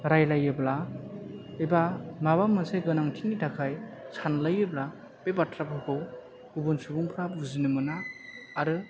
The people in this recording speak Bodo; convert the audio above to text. रायलायोब्ला एबा माबा मोनसे गोनांथिनि थाखाय सानलायोब्ला बे बाथ्राफोरखौ गुबुन सुबुंफ्रा बुजिनो मोना आरो